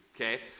okay